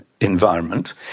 environment